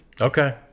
Okay